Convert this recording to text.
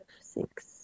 six